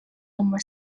number